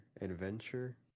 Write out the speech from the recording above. Adventure